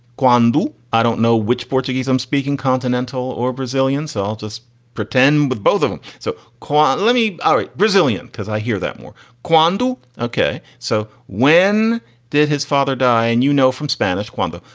guanyu. i don't know which portuguese. i'm speaking continental or brazilian so i'll just pretend with both of them. so quiet. let me. all right. brazilian. because i hear that more quando. ok. so when did his father die. and you know from spanish quando.